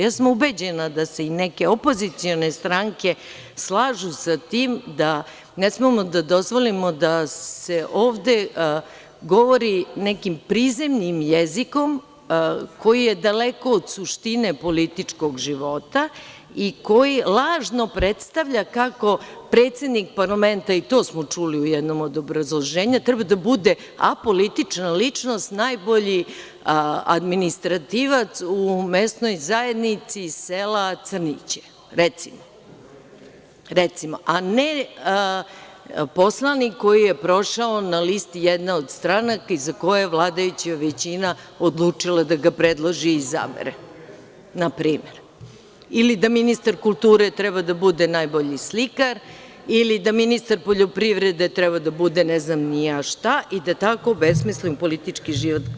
Ja sam ubeđena da se i neke opozicione stranke slažu sa tim da ne smemo da dozvolimo da se ovde govori nekim prizemnim jezikom, koji je daleko od suštine političkog života i koji lažno predstavlja kako predsednik parlamenta, i to smo čuli u jednom od obrazloženja, treba da bude apolitična ličnost, najbolji administrativac u mesnoj zajednici sela Crnići, recimo, a ne poslanik koji je prošao na listi jedne od stranaka i za kojeg je vladajuća većina odlučila da ga predloži i izabere, na primer, ili da ministar kulture treba da bude najbolji slikar, ili da ministar poljoprivrede treba da bude ne znam ni ja šta i da tako obesmislimo politički život.